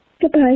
goodbye